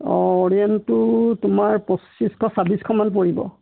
অঁ অৰিয়েণ্টটো তোমাৰ পঁচিছশ ছাব্বিছশমান পৰিব